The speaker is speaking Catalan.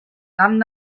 camp